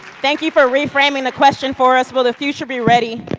thank you for reframeing the question for us. will the future be ready?